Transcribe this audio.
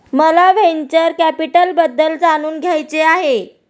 मला व्हेंचर कॅपिटलबद्दल जाणून घ्यायचे आहे